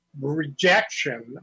rejection